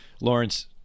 Lawrence